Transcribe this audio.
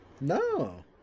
No